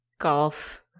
golf